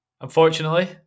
Unfortunately